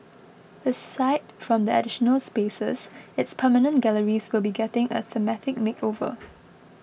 aside from the additional spaces its permanent galleries will be getting a thematic makeover